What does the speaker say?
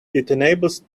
enables